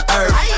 earth